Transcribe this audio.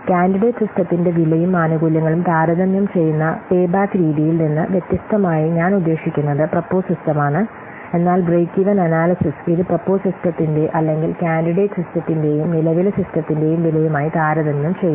candidate സിസ്റ്റത്തിന്റെ വിലയും ആനുകൂല്യങ്ങളും താരതമ്യം ചെയ്യുന്ന പേബാക്ക് രീതിയിൽ നിന്ന് വ്യത്യസ്തമായി ഞാൻ ഉദ്ദേശിക്കുന്നത് പ്രൊപ്പോസ് സിസ്റ്റം ആണ് എന്നാൽ ബ്രേക്ക് ഈവൺ അനാല്യ്സിസ് ഇത് പ്രൊപ്പോസ് സിസ്റ്റത്തിന്റെ അല്ലെങ്കിൽ കാൻഡിഡേറ്റ് സിസ്റ്റത്തിന്റെയും നിലവിലെ സിസ്റ്റത്തിന്റെയും വിലയുമായി താരതമ്യം ചെയ്യുന്നു